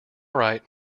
right